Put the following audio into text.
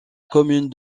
commune